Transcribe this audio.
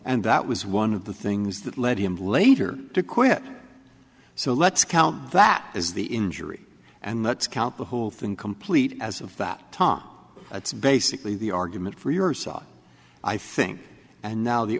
and that was one of the things that led him later to quit so let's count that as the injury and let's count the whole thing complete as of that tom that's basically the argument for your side i think and now the